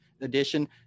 edition